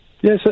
Yes